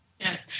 Yes